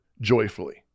joyfully